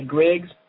Griggs